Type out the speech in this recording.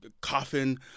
coffin